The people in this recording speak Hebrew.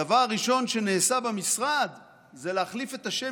הדבר הראשון שנעשה במשרד זה להחליף את השם